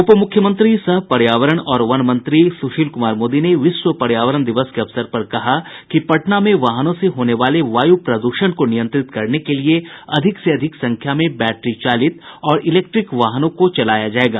उप मुख्यमंत्री सह पर्यावरण और वन मंत्री सुशील कुमार मोदी ने विश्व पर्यावरण दिवस के अवसर पर कहा कि पटना में वाहनों से होने वाले वायु प्रद्षण को नियंत्रित करने के लिये अधिक से अधिक संख्या में बैटरी चालित और इलेक्ट्रीक वाहनों को चलाया जायेगा